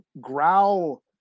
Growl